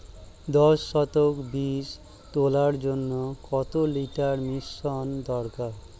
দশ শতক বীজ তলার জন্য কত লিটার মিশ্রন দরকার?